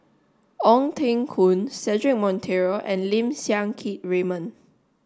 Ong Teng Koon Cedric Monteiro and Lim Siang Keat Raymond